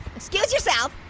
excuse yourself.